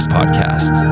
Podcast